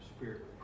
Spirit